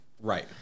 right